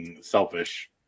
Selfish